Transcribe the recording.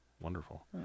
Wonderful